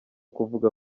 kuvuga